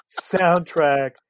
soundtrack